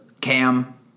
cam